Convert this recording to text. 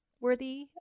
worthy